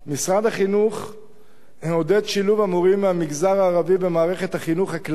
משרד החינוך עודד שילוב המורים מהמגזר הערבי במערכת החינוך הכללית,